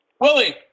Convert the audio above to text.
Willie